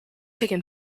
taken